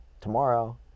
tomorrow